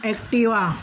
Activa